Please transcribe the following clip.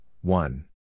one